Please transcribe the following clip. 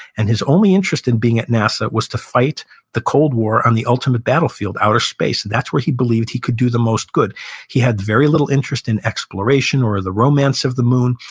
and his only interest in being at nasa was to fight the cold war on the ultimate battlefield, outer space. and that's where he believed he could do the most good he had very little interest in exploration or the romance of the moon.